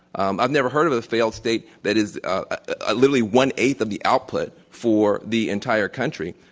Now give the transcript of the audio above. um um never heard of a failed state that is ah literally one eighth of the output for the entire country.